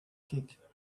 kick